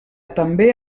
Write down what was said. també